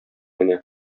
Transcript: генә